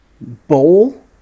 bowl